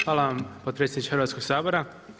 Hvala vam potpredsjedniče Hrvatskog sabora.